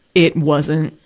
it wasn't,